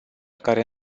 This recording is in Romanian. care